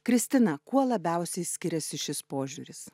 kristina kuo labiausiai skiriasi šis požiūris